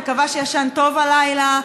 מקווה שישנת טוב הלילה.